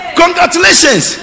congratulations